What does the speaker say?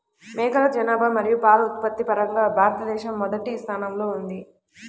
మేకల జనాభా మరియు పాల ఉత్పత్తి పరంగా భారతదేశం మొదటి స్థానంలో ఉంది